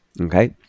Okay